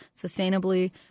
sustainably